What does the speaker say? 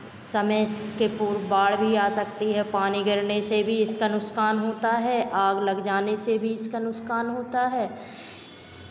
समय से बाढ़ भी आ सकती है पानी गिरने से भी इसका नुकसान होता है आग लग जाने से भी इसका नुकसान होता है